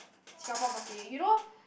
Singapore birthday you know